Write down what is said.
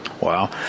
Wow